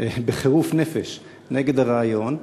בחירוף נפש נגד הרעיון.